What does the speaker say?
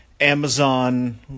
amazon